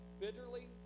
bitterly